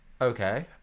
Okay